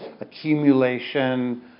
accumulation